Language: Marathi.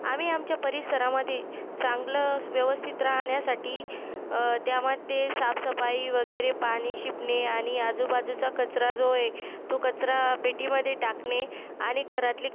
आम्ही आमच्या परिसरामधी चांगलं व्यवस्थित राहण्यासाठी त्यामध्ये साफसफाई वगैरे पाणी शिंपणे आणि आजूबाजूचा कचरा जो आहे तो कचरा पेटीमधे टाकणे आणि घरातली